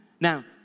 Now